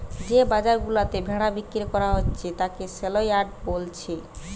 যে বাজার গুলাতে ভেড়া বিক্রি কোরা হচ্ছে তাকে সেলইয়ার্ড বোলছে